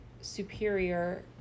superior